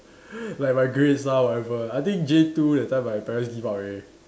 like my grades ah whatever I think J two that time my parents give up already